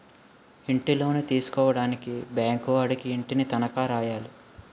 ఇంటిలోను తీసుకోవడానికి బ్యాంకు వాడికి ఇంటిని తనఖా రాయాలి